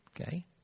Okay